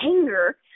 anger